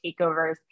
takeovers